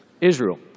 Israel